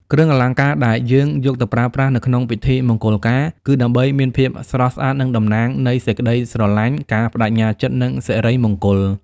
"គ្រឿងអលង្ការដែលយើងយកទៅប្រើប្រាស់នៅក្នុងពិធីមង្គលការគឺដើម្បីមានភាពស្រស់ស្អាត និង តំណាងនៃសេចក្ដីស្រឡាញ់ ការប្តេជ្ញាចិត្ត និង សិរីមង្គល។ "